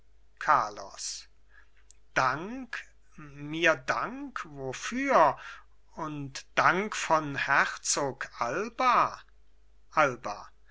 carlos dank mir dank wofür und dank von herzog alba alba